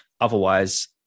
otherwise